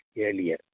earlier